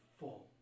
full